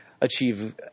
achieve